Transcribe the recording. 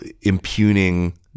impugning